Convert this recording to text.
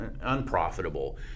unprofitable